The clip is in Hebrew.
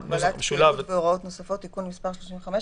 (הגבלת היציאה מישראל והכניסה אליה) (מס' 2),